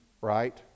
right